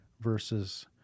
versus